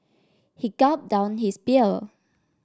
he gulped down his beer